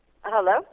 Hello